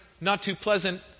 not-too-pleasant